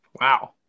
Wow